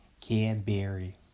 Cadbury